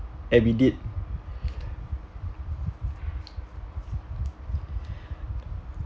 and we did